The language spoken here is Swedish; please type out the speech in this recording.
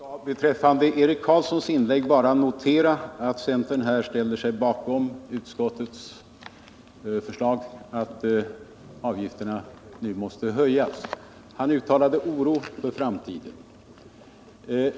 Herr talman! Jag vill i anslutning till Eric Carlssons inlägg bara notera att centern här ställer sig bakom utskottets förslag att avgifterna nu måste höjas. Eric Carlsson uttalade oro för framtiden.